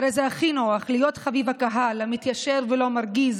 הרי זה הכי נוח להיות חביב הקהל המתיישר ולא מרגיז,